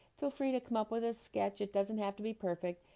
feel free to come up with a sketch. it doesn't have to be perfect,